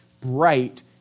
bright